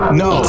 no